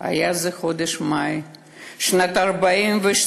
"היה זה חודש מאי שנת 1942,